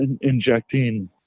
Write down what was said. injecting